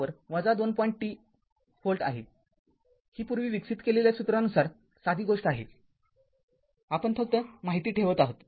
५ t volt आहे ही पूर्वी विकसित केलेल्या सूत्रानुसार साधी गोष्ट आहे आपण फक्त माहिती ठेवत आहोत